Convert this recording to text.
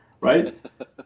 right